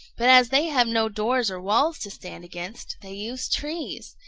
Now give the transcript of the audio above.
but as they have no doors or walls to stand against, they use trees.